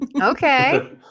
okay